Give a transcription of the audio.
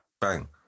Bang